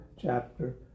chapter